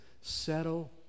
Settle